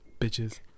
bitches